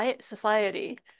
society